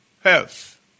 health